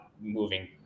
moving